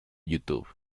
youtube